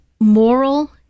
Moral